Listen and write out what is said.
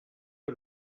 que